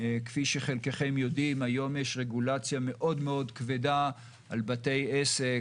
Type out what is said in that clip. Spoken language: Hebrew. כפי שחלקכם יודעים היום יש רגולציה כבדה מאוד על בתי עסק,